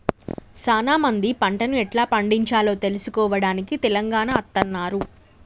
సానా మంది పంటను ఎట్లా పండిచాలో తెలుసుకోవడానికి తెలంగాణ అత్తన్నారు